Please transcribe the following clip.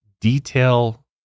detail